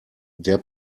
der